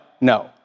no